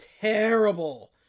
terrible